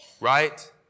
right